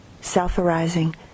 self-arising